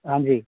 हाँ जी